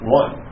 one